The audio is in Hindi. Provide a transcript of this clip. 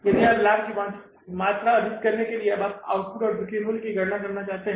यदि आप लाभ की वांछित मात्रा अर्जित करने के लिए अब आउटपुट या बिक्री मूल्य की गणना करना चाहते हैं